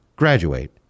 Graduate